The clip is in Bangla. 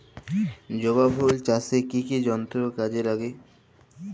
জবা ফুল চাষে কি কি যন্ত্র কাজে লাগে?